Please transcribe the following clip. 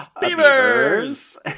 Beavers